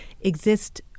exist